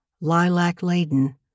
lilac-laden